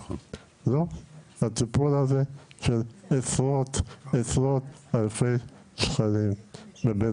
הטיפול הזה של עשרות אלפי שקלים בבית